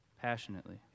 passionately